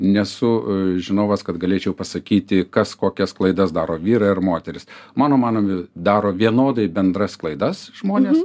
nesu žinovas kad galėčiau pasakyti kas kokias klaidas daro vyrai ar moterys mano manomi daro vienodai bendras klaidas žmonės